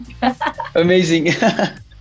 Amazing